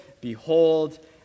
Behold